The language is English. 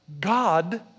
God